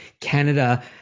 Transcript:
Canada